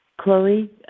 chloe